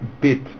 bit